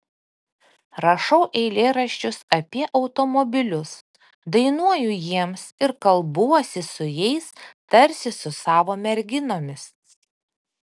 rašau eilėraščius apie automobilius dainuoju jiems ir kalbuosi su jais tarsi su savo merginomis